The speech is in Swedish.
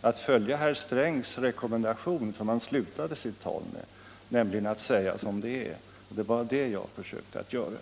att följa den rekommendation som herr Sträng slutade sitt tal med, nämligen att säga som det är. Det var det jag försökte att göra.